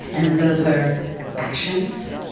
and that those are actions.